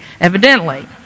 evidently